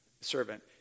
servant